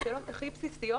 בשאלות הכי בסיסיות